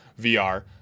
VR